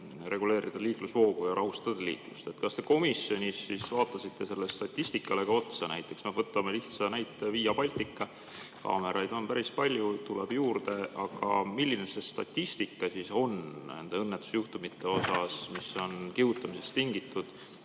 reguleerida liiklusvoogu ja rahustada liiklust. Kas te komisjonis siis vaatasite sellele statistikale ka otsa? Võtame lihtsa näite: Via Baltica. Kaameraid on päris palju, tuleb juurde, aga milline on nende õnnetusjuhtumite statistika, mis on kihutamisest tingitud?